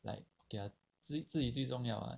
like okay 自己自己最重要 ah